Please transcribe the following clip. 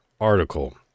article